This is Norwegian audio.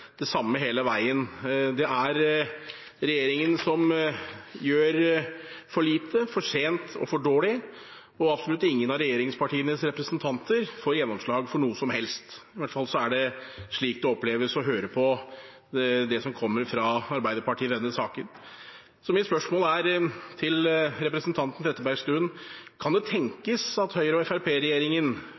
det samme hele veien. Det er regjeringen som gjør for lite, for sent og for dårlig, og absolutt ingen av regjeringspartienes representanter får gjennomslag for noe som helst. I hvert fall er det slik det oppleves å høre på det som kommer fra Arbeiderpartiet i denne saken. Så mitt spørsmål til representanten Trettebergstuen er: Kan det tenkes at